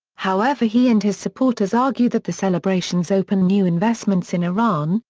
however he and his supporters argue that the celebrations opened new investments in iran,